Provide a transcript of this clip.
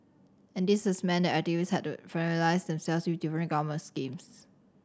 and this has meant that activist had to familiarise themself with different government schemes